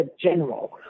general